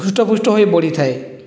ହୃଷ୍ଟ ପୃଷ୍ଟ ହୋଇ ବଢ଼ିଥାଏ